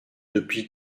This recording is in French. depuis